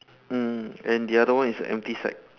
mm and the other one is an empty sack